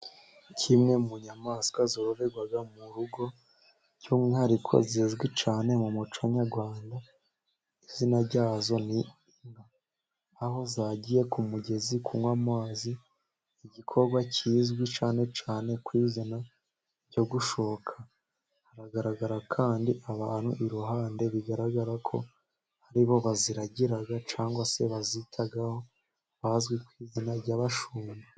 Zimwe mu nyamaswa zorerwa mu rugo, by'umwihariko zizwi cyane mu muco nyarwanda. izina ryazo ni Inka. Aho zagiye ku mugezi kunywa amazi, igikorwa kizwi cyane cyane ku izina ryo gushoka. Hagaragara kandi abantu iruhande, bigaragara ko aribo baziragira cyangwa se bazitaho bazwi ku izina ry'abashumba.